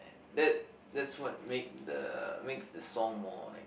that that's what make the makes the song more like